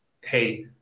hey